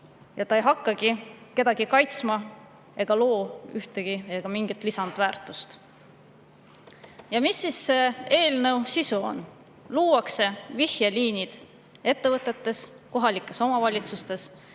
ta ei hakka kedagi kaitsma ega loo mingit lisandväärtust. Mis siis eelnõu sisu on? Luuakse vihjeliinid ettevõtetes, kohalikes omavalitsustes,